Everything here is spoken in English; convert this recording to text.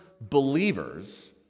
believers